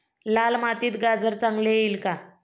लाल मातीत गाजर चांगले येईल का?